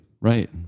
Right